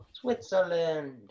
Switzerland